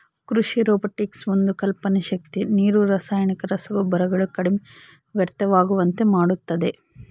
ಕೃಷಿ ರೊಬೊಟಿಕ್ಸ್ ಒಂದು ಕಲ್ಪನೆ ಶಕ್ತಿ ನೀರು ರಾಸಾಯನಿಕ ರಸಗೊಬ್ಬರಗಳು ಕಡಿಮೆ ವ್ಯರ್ಥವಾಗುವಂತೆ ಮಾಡುತ್ತದೆ